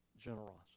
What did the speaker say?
generosity